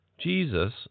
Jesus